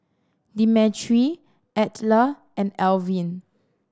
Demetri Edla and Elvin